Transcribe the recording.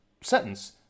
sentence